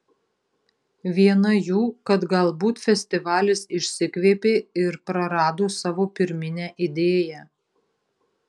viena jų kad galbūt festivalis išsikvėpė ir prarado savo pirminę idėją